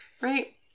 Right